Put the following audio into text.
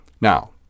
Now